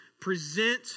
present